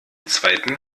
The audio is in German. zweiten